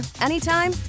anytime